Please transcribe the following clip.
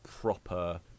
proper